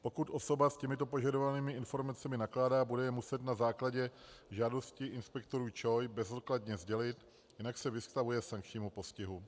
Pokud osoba s těmito požadovanými informacemi nakládá, bude je muset na základě žádosti inspektorů ČOI bezodkladně sdělit, jinak se vystavuje sankčnímu postihu.